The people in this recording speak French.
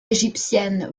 égyptienne